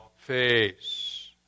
face